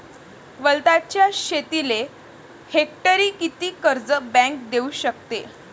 वलताच्या शेतीले हेक्टरी किती कर्ज बँक देऊ शकते?